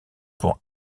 pour